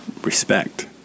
respect